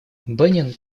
бенин